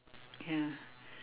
ya